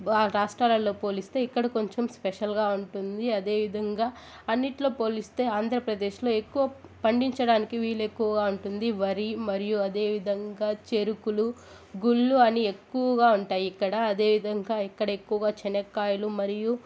రాష్ట్రాలలో పోలిస్తే ఇక్కడ కొంచెం స్పెషల్గా ఉంటుంది అదేవిధంగా అన్నిట్లో పోలిస్తే ఆంధ్రప్రదేశ్లో ఎక్కువ పండించడానికి వీలు ఎక్కువుగా ఉంటుంది వరి మరియు అదేవిధంగా చెరుకులు గుళ్ళు అని ఎక్కువగా ఉంటాయి ఇక్కడ అదే విధంగా ఇక్కడ ఎక్కువగా చెనక్కాయలు మరియు